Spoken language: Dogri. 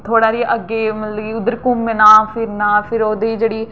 थोह्ड़ा जेहा अग्गें मतलब कि उद्धर घुम्मना फिरना फ्ही ओह्दी जेह्ड़ी